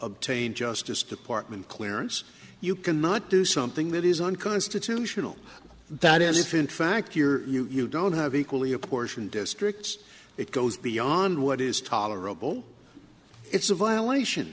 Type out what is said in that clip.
obtain justice department clearance you cannot do something that is unconstitutional that is if in fact you don't have equally apportioned districts it goes beyond what is tolerable it's a violation